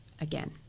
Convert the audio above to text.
again